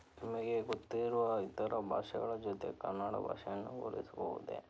ನನಗೆ ಗೊತ್ತೇ ಇರುವ ಇತರ ಭಾಷೆಗಳ ಜೊತೆ ಕನ್ನಡ ಭಾಷೆಯನ್ನು ಹೋಲಿಸುವುದೇ